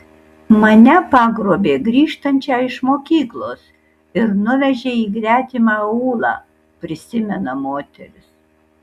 mane pagrobė grįžtančią iš mokyklos ir nuvežė į gretimą aūlą prisimena moteris